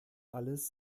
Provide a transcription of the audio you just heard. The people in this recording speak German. alles